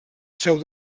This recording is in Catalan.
seu